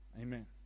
Amen